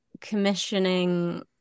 commissioning